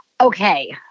Okay